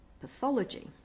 pathology